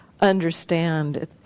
understand